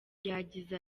yagize